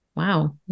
wow